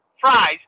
fries